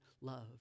love